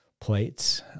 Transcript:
plates